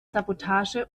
sabotage